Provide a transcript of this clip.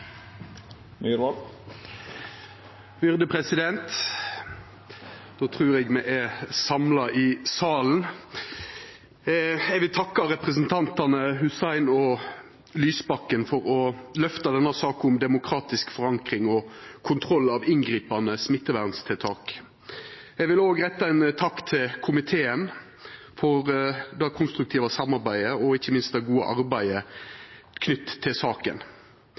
Eg vil takka representantane Hussein og Lysbakken for å løfta denne saka om demokratisk forankring og kontroll av inngripande smitteverntiltak. Eg vil òg retta ein takk til komiteen for det konstruktive samarbeidet og ikkje minst det gode arbeidet knytt til saka.